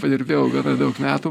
padirbėjau gana daug metų